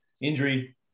injury